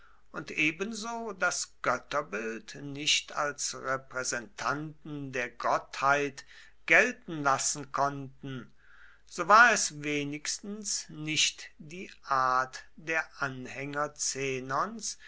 und ebenso das götterbild nicht als repräsentanten der gottheit gelten lassen konnten so war es wenigstens nicht die art der anhänger